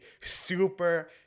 super